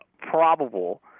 probable